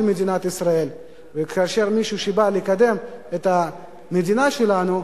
מדינת ישראל וכאשר מישהו שבא לקדם את המדינה שלנו,